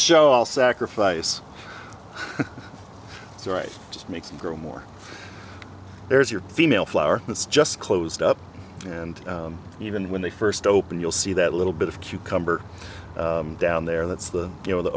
show all sacrifice right just makes him grow more there's your female flower this just closed up and even when they first opened you'll see that little bit of cucumber down there that's the you know the